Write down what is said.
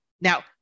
Now